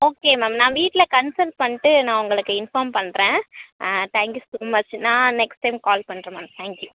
okay ma'am நான் வீட்டில் cancel பண்ணிட்டு நான் உங்களுக்கு இன்ஃபார்ம் பண்ணுறேன் தேங்க் யூ ஸோ மச் நான் நெக்ஸ்ட் டைம் கால் பண்ணுறேன் மேம் தேங்க் யூ